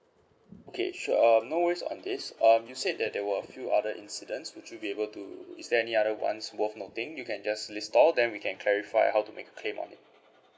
okay sure um no worries on this um you said that there were a few other incidents would you be able to is there any other ones worth noting you can just list all then we can clarify how to make a claim on it